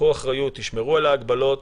תשמרו על ההגבלות,